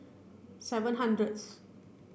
seven hundredth